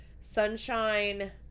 Sunshine